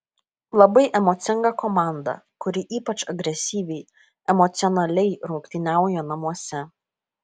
labai emocinga komanda kuri ypač agresyviai emocionaliai rungtyniauja namuose